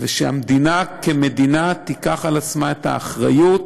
שהמדינה כמדינה תיקח על עצמה את האחריות